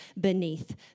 beneath